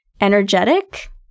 energetic